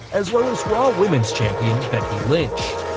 as well as raw women's champion becky lynch.